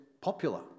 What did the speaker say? popular